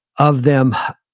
of them,